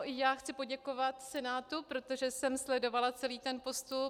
I já chci poděkovat Senátu, protože jsem sledovala celý ten postup.